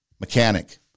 mechanic